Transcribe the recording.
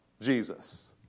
Jesus